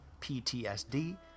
PTSD